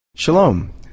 Shalom